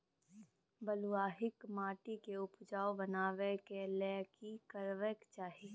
बालुहा माटी के उपजाउ बनाबै के लेल की करबा के चाही?